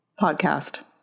podcast